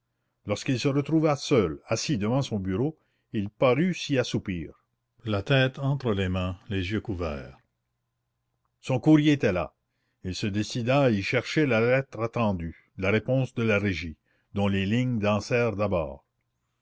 lorsqu'il se retrouva seul assis devant son bureau il parut s'y assoupir la tête entre les mains les yeux couverts son courrier était là il se décida à y chercher la lettre attendue la réponse de la régie dont les lignes dansèrent d'abord